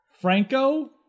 Franco